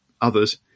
others